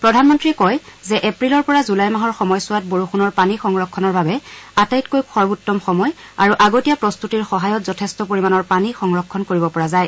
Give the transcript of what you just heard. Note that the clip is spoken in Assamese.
প্ৰধানমন্ত্ৰীয়ে কয় যে এপ্ৰিলৰ পৰা জুলাই মাহৰ সময়ছোৱাত বৰষুণৰ পানী সংৰক্ষণৰ বাবে আটাইতকৈ সৰ্বোত্তম সময় আৰু আগতীয়া প্ৰস্ত্ততিৰ সহায়ত যথেষ্ট পৰিমাণৰ পানী সংৰক্ষণ কৰিব পৰা যায়